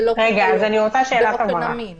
ללא --- באופן אמין.